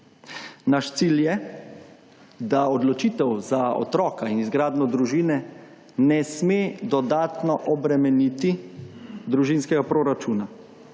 Naš cilj je, da odločitev za otroka in izgradnjo družino ne sme dodatno obremeniti družinskega proračuna.